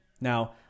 Now